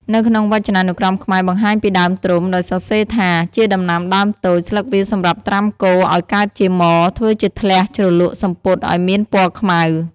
នៅក្នុងវចនានុក្រមខ្មែរបង្ហាញពីដើមត្រុំ ដោយសរសេរថា ជាដំណាំដើមតូច ស្លឹកវាសម្រាប់ត្រាំកូរឱ្យកើតជាមរ ធ្វើជាធ្លះជ្រលក់សំពត់ឱ្យមានពណ៌ខ្មៅ។